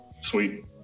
Sweet